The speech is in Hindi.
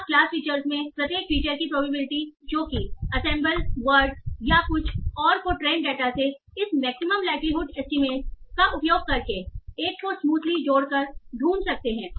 आप क्लास फीचर्स में प्रत्येक फीचर की प्रोबेबिलिटी जोकि एंसेंबल वर्ड्स या कुछ और को ट्रेंड डाटा से इस मैक्सिमम लाइक्लीहुड एस्टीमेट का उपयोग करके एक को स्मूथली जोड़ कर ढूंढ सकते है